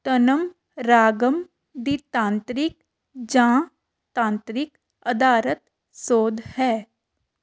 ਤਨਮ ਰਾਗਮ ਦੀ ਤਾਂਤਰਿਕ ਜਾਂ ਤਾਂਤਰਿਕ ਅਧਾਰਤ ਸੋਧ ਹੈ